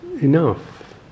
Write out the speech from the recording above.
enough